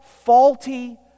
faulty